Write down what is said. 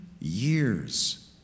years